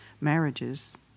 marriages